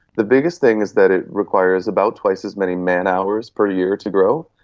the biggest thing is that it requires about twice as many man-hours per year to grow.